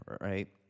right